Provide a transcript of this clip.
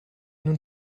nun